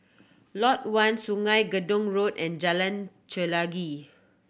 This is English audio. Lot One Sungei Gedong Road and Jalan Chelagi